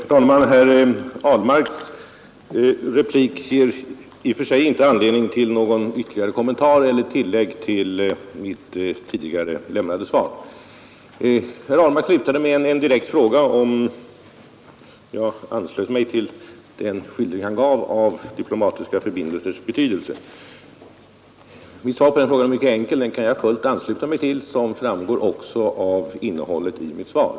Herr talman! Herr Ahlmarks replik ger i och för sig inte anledning till någon ytterligare kommentar eller något tillägg till mitt tidigare lämnade svar. Herr Ahlmark slutade med en direkt fråga, om jag anslöt mig till den skildring han gav av diplomatiska förbindelsers betydelse. Mitt svar på den frågan är mycket enkelt: Jag kan fullt ansluta mig till denna beskrivning, såsom också framgår av innehållet i mitt svar.